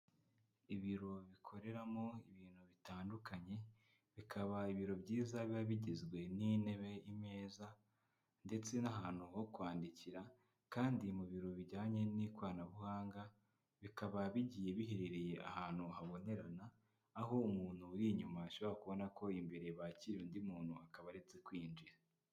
Ibiro bikoreramo ibintu bitandukanye, bikaba ibiro byiza biba bigizwe n'intebe, imeza ndetse n'ahantu ho kwandikira kandi mu biro bijyanye n'ikoranabuhanga, bikaba bigiye biherereye ahantu habonerana, aho umuntu uri inyuma ashobora kubona ko imbere bakira undi muntu akaba aretse kwinjira.